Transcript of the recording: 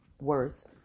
worth